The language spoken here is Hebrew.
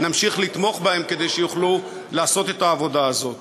נמשיך לתמוך בהם כדי שיוכלו לעשות את העבודה הזאת.